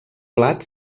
plat